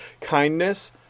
kindness